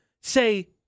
say